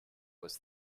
was